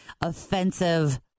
offensive